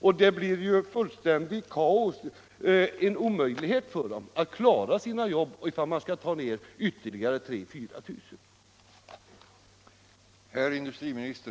Och svårigheterna att klara jobben blir naturligtvis ännu större om ytterligare 3 000 — 4000 jobb försvinner.